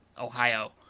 Ohio